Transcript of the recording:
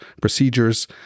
procedures